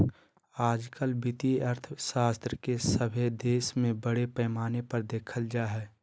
आजकल वित्तीय अर्थशास्त्र के सभे देश में बड़ा पैमाना पर देखल जा हइ